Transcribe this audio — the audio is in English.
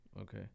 Okay